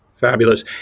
Fabulous